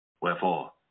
Wherefore